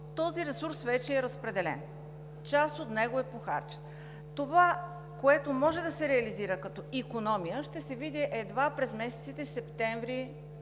този ресурс вече е разпределен, част от него е похарчена. Това, което може да се реализира като икономия, ще се види едва през месеците септември,